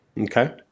Okay